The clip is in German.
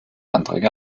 anträge